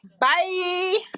Bye